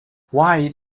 why